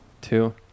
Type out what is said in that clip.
two